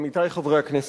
עמיתי חברי הכנסת,